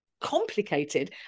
complicated